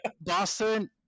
Boston